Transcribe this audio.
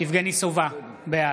יבגני סובה, בעד